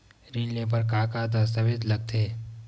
ऋण ले बर का का दस्तावेज लगथे?